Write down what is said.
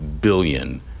billion